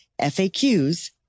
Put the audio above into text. FAQs